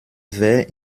wer